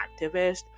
activist